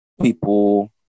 people